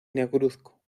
negruzco